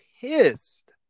pissed